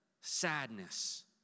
sadness